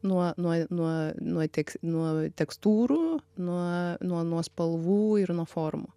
nuo nuo nuo nuo tieks nuo tekstūrų nuo nuo nuo spalvų ir nuo formų